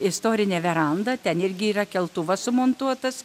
istorinę verandą ten irgi yra keltuvas sumontuotas